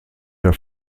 der